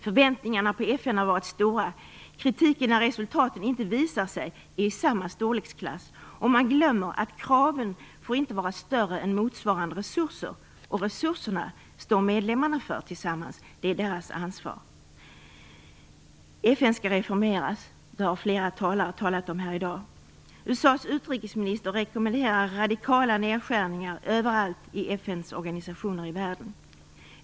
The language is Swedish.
Förväntningarna på FN har varit stora. Kritiken när resultaten inte visar sig är i samma storleksklass, och man glömmer att kraven inte får vara större än motsvarande resurser. Och resurserna står medlemmarna för tillsammans. Det är deras ansvar. FN skall reformeras. Det har flera talare sagt här i dag. USA:s utrikesminister rekommenderar radikala nedskärningar överallt i FN:s organisationer i världen.